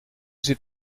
zit